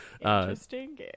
Interesting